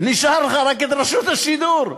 נשארה לך רק רשות השידור,